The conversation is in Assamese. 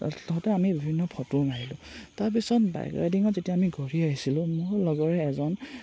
তাৰপিছতে আমি বিভিন্ন ফটোও মাৰিলোঁ তাৰপিছত বাইক ৰাইডিঙত যেতিয়া আমি ঘূৰি আহিছিলোঁ মোৰ লগৰে এজন